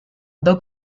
dog